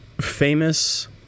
famous